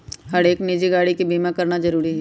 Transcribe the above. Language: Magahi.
हरेक निजी गाड़ी के बीमा कराना जरूरी हई